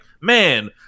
man –